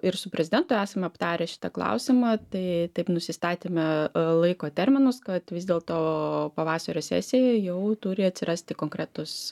ir su prezidentu esam aptarę šitą klausimą tai taip nusistatėme laiko terminus kad vis dėlto pavasario sesijai jau turi atsirasti konkretūs